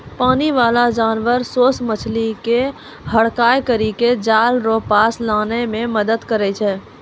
पानी बाला जानवर सोस मछली के हड़काय करी के जाल रो पास लानै मे मदद करै छै